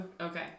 Okay